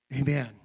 Amen